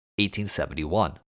1871